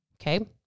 Okay